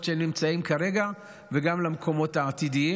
שהם נמצאים בהם כרגע וגם במקומות העתידיים,